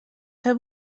fer